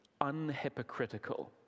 unhypocritical